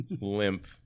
limp